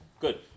Good